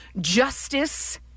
Justice